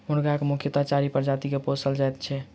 मुर्गाक मुख्यतः चारि प्रजाति के पोसल जाइत छै